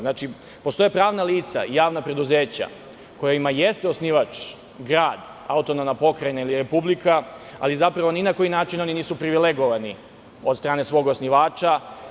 Znači, postoje pravna lica, javna preduzeća kojima jeste osnivač grad, autonomna pokrajina ili republika, ali zapravo ni na koji način oni nisu privilegovani od strane svog osnivača.